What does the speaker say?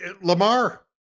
Lamar